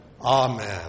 Amen